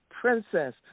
princess